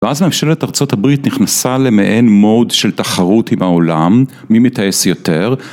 ואז ממשלת ארצות הברית נכנסה למעין מוד של תחרות עם העולם, מי מתעש יותר.